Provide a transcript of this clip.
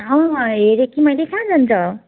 अँ हेरेँ कि मैले कहाँ जान्छ